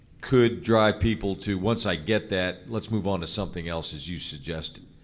could drive people to, once i get that, let's move on to something else, as you suggested.